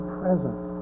present